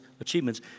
achievements